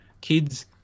kids